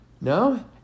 No